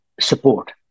support